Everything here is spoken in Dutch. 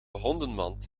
hondenmand